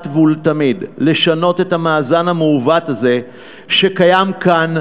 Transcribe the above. ולתמיד לשנות את המאזן המעוות הזה שקיים כאן,